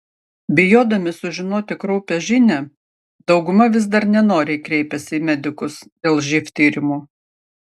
bijodami sužinoti kraupią žinią dauguma vis dar nenoriai kreipiasi į medikus dėl živ tyrimų